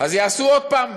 אז יעשו עוד פעם: